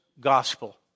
gospel